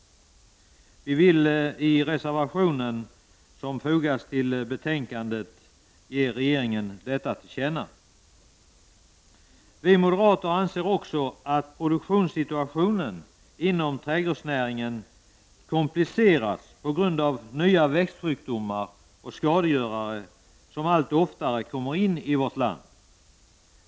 Vi vill i reservationen, som fogats till betänkandet, ge regeringen detta till känna. Vi moderater anser också att produktionssituationen inom trädgårdsnäringen komplicerats på grund av att nya växtsjukdomar och skadegörare allt oftare kommer in i vårt land.